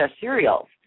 cereals